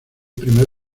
primer